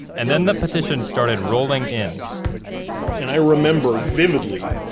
and then the petitions started rolling in and i remember vividly,